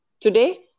today